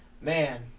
Man